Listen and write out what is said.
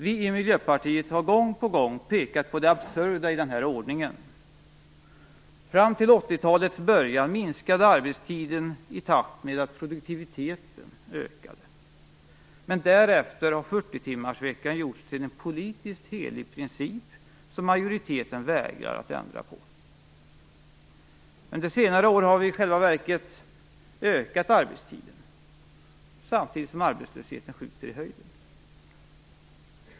Vi i Miljöpartiet har gång på gång pekat på det absurda i denna ordning. Fram till 80-talets början minskade arbetstiden i takt med att produktiviteten ökade. Men därefter har 40-timmarsveckan gjorts till en politiskt helig princip, som majoriteten vägrar att ändra på. Under senare år har vi i själva verkat ökat arbetstiden, samtidigt som arbetslösheten skjuter i höjden!